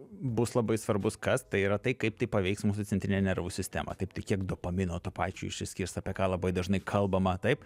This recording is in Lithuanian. bus labai svarbus kas tai yra tai kaip tai paveiks mūsų centrinę nervų sistemą taip tai kiek dopamino to pačio išsiskirs apie ką labai dažnai kalbama taip